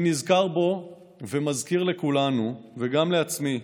אני נזכר בו ומזכיר לכולנו, וגם לעצמי,